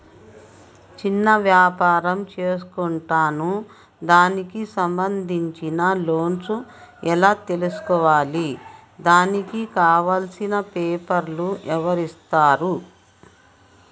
చిన్న వ్యాపారం చేసుకుంటాను దానికి సంబంధించిన లోన్స్ ఎలా తెలుసుకోవాలి దానికి కావాల్సిన పేపర్లు ఎవరిస్తారు?